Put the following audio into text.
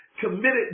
committed